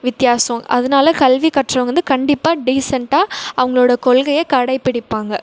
வித்தியாஷம் அதனால் கல்வி கற்றவங்கள் வந்து கண்டிப்பாக டீசெண்டாக அவங்களோடய கொள்கையை கடை பிடிப்பாங்கள்